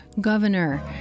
governor